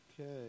Okay